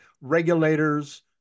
regulators